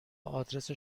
آدرس